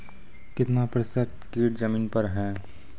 कितना प्रतिसत कीट जमीन पर हैं?